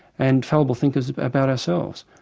and fallible thinkers about ourselves.